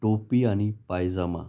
टोपी आणि पायजमा